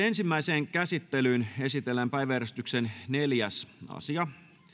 ensimmäiseen käsittelyyn esitellään päiväjärjestyksen neljäs asia